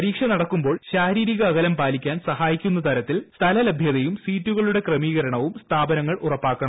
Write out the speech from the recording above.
പരീക്ഷ നടക്കുമ്പോർ ശാരീരിക അകലം പാലിക്കാൻ സഹായിക്കുന്ന തരത്തിൽ സ്ഥലലഭ്യതയും സീറ്റുകളുടെ ക്രമീകരണവും സ്ഥാപനങ്ങൾ ഉറപ്പാക്കണം